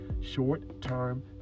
short-term